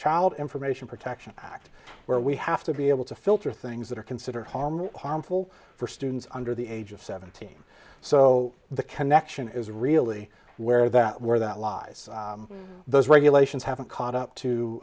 child information protection act where we have to be able to filter things that are considered harm harmful for students under the age of seventeen so the connection is really where that where that lies those regulations haven't caught up